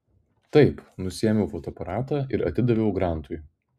taip nusiėmiau fotoaparatą ir atidaviau grantui